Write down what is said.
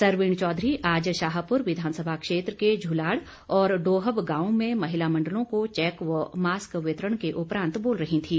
सरवीण चौधरी आज शाहपुर विधानसभा क्षेत्र के झुलाड़ और डोहब गांवों में महिला मंडलों को चैक व मास्क वितरण के उपरांत बोल रही थीं